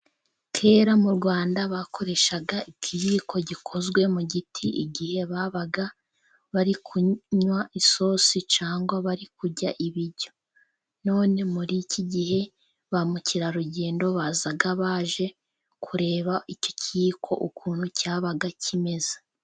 Kera mu Rwanda bakoreshaga ikiyiko gikozwe mu giti, igihe babaga bari kunywa isosi cyangwa bari kurya ibiryo. None muri iki gihe ba mukerarugendo baza baje kureba iki kiyiko ukuntu cyabaga kimeze.